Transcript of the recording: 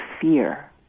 fear